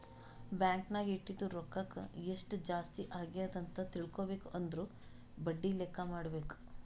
bank ನಾಗ್ ಇಟ್ಟಿದು ರೊಕ್ಕಾಕ ಎಸ್ಟ್ ಜಾಸ್ತಿ ಅಗ್ಯಾದ್ ಅಂತ್ ತಿಳ್ಕೊಬೇಕು ಅಂದುರ್ ಬಡ್ಡಿ ಲೆಕ್ಕಾ ಮಾಡ್ಬೇಕ